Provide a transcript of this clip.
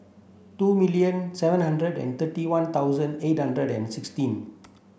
two million seven hundred and thirty one thousand eight hundred and sixteen